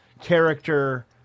character